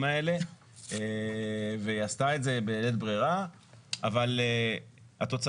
האלה והיא עשתה זאת בלית ברירה אבל התוצאה,